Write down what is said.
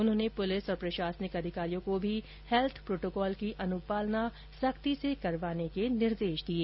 उन्होंने पुलिस और प्रशासनिक अधिकारियों को भी हैल्थ प्रोटोकॉल की अनुपालना सख्ती से करवाने के निर्देश दिए